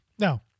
Now